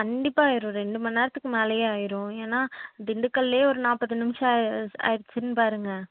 கண்டிப்பாக ஆயிடும் ரெண்டுமணி நேரத்துக்கு மேலேயே ஆயிடும் ஏன்னால் திண்டுக்கல்லில் ஒரு நாற்பது நிம்ஷம் அ ஆகிருச்சினு பாருங்கள்